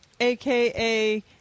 aka